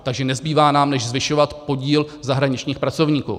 Takže nám nezbývá než zvyšovat podíl zahraničních pracovníků.